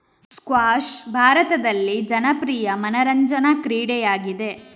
squash ಭಾರತದಲ್ಲಿ ಜನಪ್ರಿಯ ಮನರಂಜನಾ ಕ್ರೀಡೆಯಾಗಿದೆ